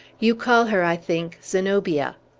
you call her, i think, zenobia.